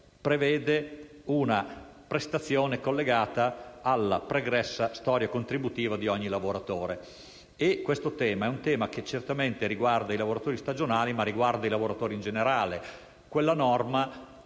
prevede una prestazione collegata alla pregressa storia contributiva di ogni lavoratore. Questo è un tema che certamente riguarda i lavoratori stagionali, ma riguarda anche i lavoratori in generale. Quella norma,